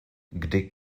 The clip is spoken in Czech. kdy